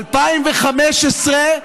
ב-2015,